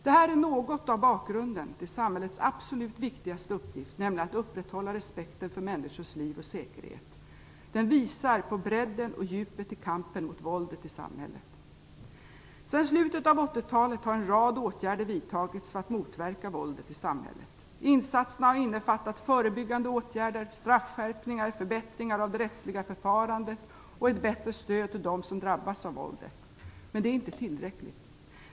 Det här är något av bakgrunden till samhällets absolut viktigaste uppgift, nämligen att upprätthålla respekten för människors liv och säkerhet. Den visar på bredden och djupet i kampen mot våldet i samhället. Sedan slutet av 1980-talet har en rad åtgärder vidtagits för att motverka våldet i samhället. Insatserna har innefattat förebyggande åtgärder, straffskärpningar, förbättringar av det rättsliga förfarandet och ett bättre stöd till dem som drabbas av våldet. Men det är inte tillräckligt.